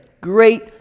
great